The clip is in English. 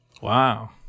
Wow